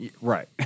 Right